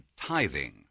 tithing